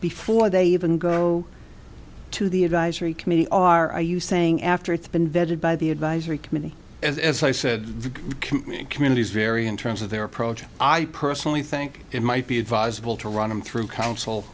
before they even go to the advisory committee on are you saying after it's been vetted by the advisory committee as i said communities vary in terms of their approach i personally think it might be advisable to run them through coun